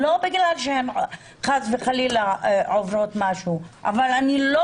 לא בגלל שהן חס וחלילה עוברות משהו אבל אני לא